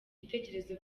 gitekerezo